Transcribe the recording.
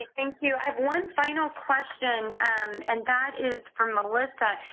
ah thank you. i have one final question, and that is for melissa.